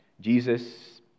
Jesus